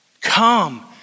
Come